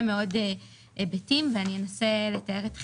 מאוד היבטים ואני אנסה לתאר את חלקם,